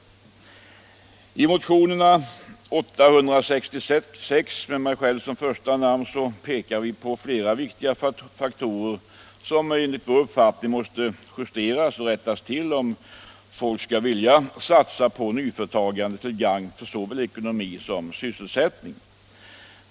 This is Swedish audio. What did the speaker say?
I motionen 866 med mig själv som första namn pekar vi på flera viktiga faktorer som enligt vår uppfattning måste justeras och rättas till om folk skall vilja satsa på nyföretagande till gagn för såväl ekonomi som sysselsättning.